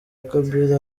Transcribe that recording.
kabili